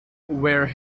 where